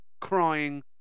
crying